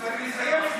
יש מציאות של כיבוש,